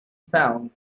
sound